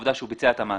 מכך שהוא ביצע את המעשה.